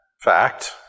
fact